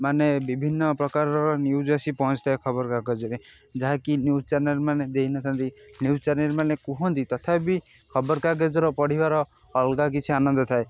ମାନେ ବିଭିନ୍ନ ପ୍ରକାରର ନ୍ୟୁଜ୍ ଆସି ପହଞ୍ଚି ଥାଏ ଖବରକାଗଜରେ ଯାହାକି ନ୍ୟୁଜ୍ ଚ୍ୟାନେଲ୍ମାନେ ଦେଇନଥାନ୍ତି ନ୍ୟୁଜ୍ ଚ୍ୟାନେଲ୍ମାନେ କୁହନ୍ତି ତଥାପି ଖବରକାଗଜର ପଢ଼ିବାର ଅଲଗା କିଛି ଆନନ୍ଦ ଥାଏ